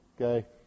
okay